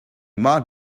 might